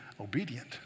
obedient